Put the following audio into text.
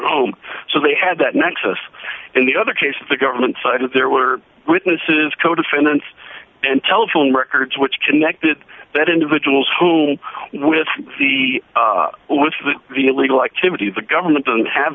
home so they had that nexus in the other case of the government side if there were witnesses co defendants and telephone records which connected that individuals who with the onus of the illegal activity the government doesn't have